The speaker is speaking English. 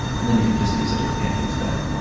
and then you can just use it as an ambience bed.